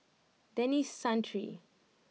Denis Santry